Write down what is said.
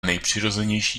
nejpřirozenější